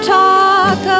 talk